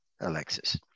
Alexis